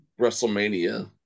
Wrestlemania